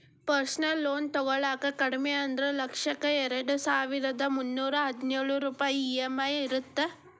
personal loan ತೊಗೊಳಾಕ ಕಡಿಮಿ ಅಂದ್ರು ಲಕ್ಷಕ್ಕ ಎರಡಸಾವಿರ್ದಾ ಮುನ್ನೂರಾ ಹದಿನೊಳ ರೂಪಾಯ್ ಇ.ಎಂ.ಐ ಇರತ್ತ